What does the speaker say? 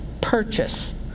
purchase